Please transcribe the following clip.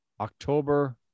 october